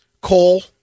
coal